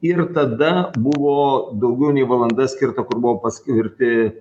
ir tada buvo daugiau nei valanda skirta kur buvo paskirti